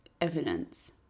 evidence